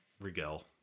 Rigel